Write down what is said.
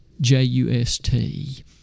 J-U-S-T